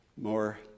more